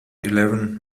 eleven